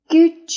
Good